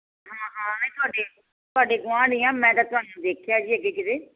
ਹਾਂ ਹਾਂ ਨਹੀਂ ਤੁਹਾਡੇ ਤੁਹਾਡੇ ਗੁਆਂਢ ਹੀ ਹਾਂ ਮੈਂ ਤਾਂ ਤੁਹਾਨੂੰ ਦੇਖਿਆ ਜੀ ਅੱਗੇ ਕਿਤੇ